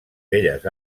belles